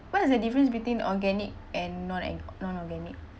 what is the difference between organic and non an~ non-organic